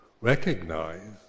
recognize